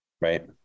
Right